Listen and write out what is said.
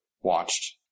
watched